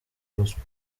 ruswa